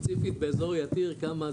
ספציפית באזור יתיר כמה,